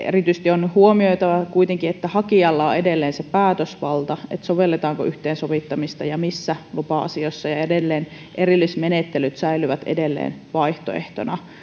erityisesti on kuitenkin huomioitava että hakijalla on edelleen se päätösvalta sovelletaanko yhteensovittamista ja missä lupa asioissa ja erillismenettelyt säilyvät edelleen vaihtoehtona